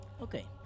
Okay